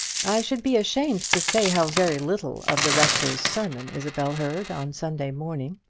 i should be ashamed to say how very little of the rector's sermon isabel heard on sunday morning.